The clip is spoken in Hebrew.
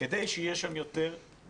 כדי שיהיה שם יותר ביקוש,